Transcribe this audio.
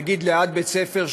נגיד ליד בית-ספר,